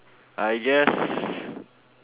I guess